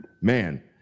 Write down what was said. man